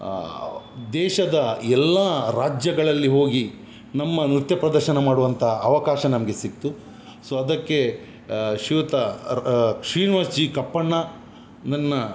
ದೇಶದ ಎಲ್ಲಾ ರಾಜ್ಯಗಳಲ್ಲಿ ಹೋಗಿ ನಮ್ಮ ನೃತ್ಯ ಪ್ರದರ್ಶನ ಮಾಡುವಂತ ಅವಕಾಶ ನಮಗೆ ಸಿಕ್ತು ಸೊ ಅದಕ್ಕೆ ಶ್ರೀಯುತ ಶ್ರೀನಿವಾಸ್ ಜಿ ಕಪ್ಪಣ್ಣ ನನ್ನ